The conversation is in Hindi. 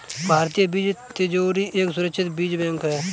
भारतीय बीज तिजोरी एक सुरक्षित बीज बैंक है